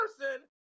person